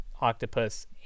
octopus